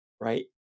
right